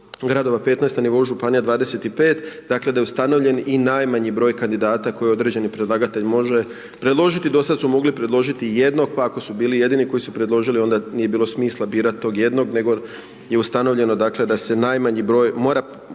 gradova 15, na nivou gradova 25, dakle, da je ustanovljen i najmanji broj kandidata, koji određeni predlagatelj može predložiti. Do sada su mogli predložiti jedno, pa ako su bili jedini ako su predložili, onda nije bilo smisla birati tog jednog, nego je ustanovljeno dakle da se najmanji broj mora, da